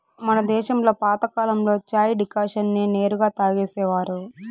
మన దేశంలో పాతకాలంలో చాయ్ డికాషన్ నే నేరుగా తాగేసేవారు